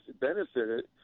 benefited